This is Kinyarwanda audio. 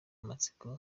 amatsiko